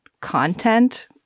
content